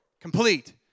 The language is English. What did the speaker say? complete